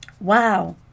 Wow